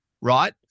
right